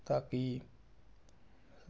ताकी